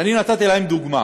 ואני נתתי להם דוגמה,